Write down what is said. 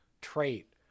trait